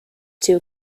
two